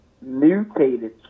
mutated